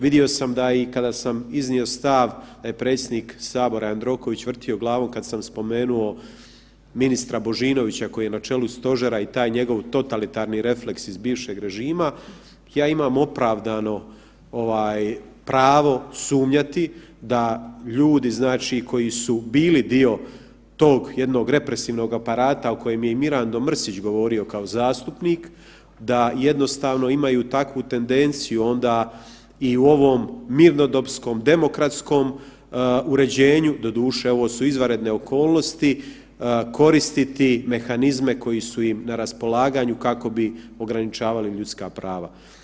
Vidio sam da i kada sam iznio stav da je predsjednik sabora Jandroković vrtio glavom kad sam spomenuo ministra Božinovića koji je na čelu stožera i taj njegov totalitarni refleks iz bivšeg režima, ja imam opravdano ovaj pravo sumnjati da ljudi, znači koji su bili dio tog jednog represivnog aparata o kojem je i Mirando Mrsić govorio kao zastupnik, da jednostavno imaju takvu tendenciju onda i u ovom mirnodopskom demokratskom uređenju, doduše ovo su izvanredne okolnosti, koristiti mehanizme koji su im na raspolaganju kako bi ograničavali ljudska prava.